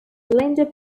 cylinder